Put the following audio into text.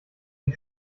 die